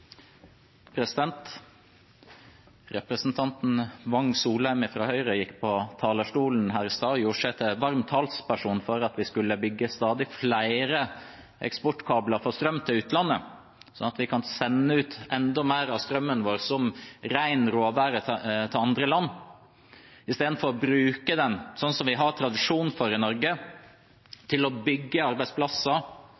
Representanten Wang Soleim fra Høyre gikk på talerstolen her i stad og gjorde seg til varm talsperson for at vi skulle bygge stadig flere eksportkabler for strøm til utlandet, slik at vi kan sende ut enda mer av strømmen vår som ren råvare til andre land, istedenfor å bruke den, slik vi har tradisjon for i Norge,